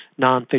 nonfiction